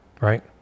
right